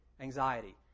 anxiety